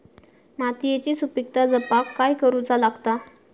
मातीयेची सुपीकता जपाक काय करूचा लागता?